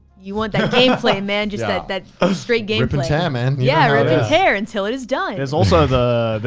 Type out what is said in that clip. you want that game play, man. just that that ah straight game play. reap and tear, man yeah. reap and tear until it is done. there's also the.